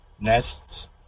nests